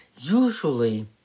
Usually